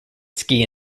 ski